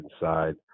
inside